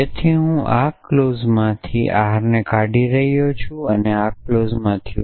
તેથી આ ક્લોઝ માંથી હું R ને કાઢી રહ્યો છું અને આ ક્લોઝ માંથી હું